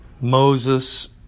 Moses